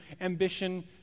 ambition